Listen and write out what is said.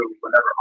whenever